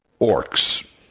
Orcs